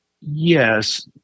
Yes